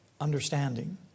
understanding